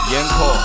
Yenko